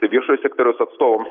viešojo sektoriaus atstovams